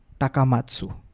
takamatsu